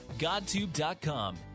GodTube.com